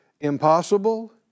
impossible